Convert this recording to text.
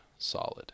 solid